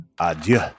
Adieu